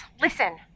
listen